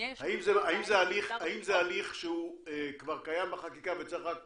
האם זה הליך שהוא כבר קיים בחקיקה וצריך רק